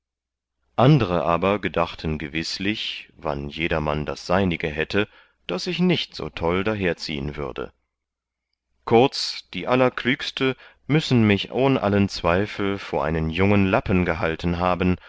andere aber gedachten gewißlich wann jedermann das seinige hätte daß ich nicht so toll daherziehen würde kurz die allerklügste müssen mich ohn allen zweifel vor einen jungen lappen gehalten haben